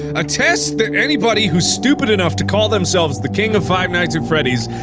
a test that anybody who's stupid enough to call themselves the king of five nights at freddy's,